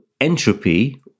entropy